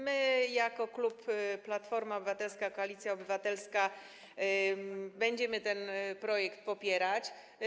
My jako klub Platforma Obywatelska - Koalicja Obywatelska będziemy ten projekt popierać.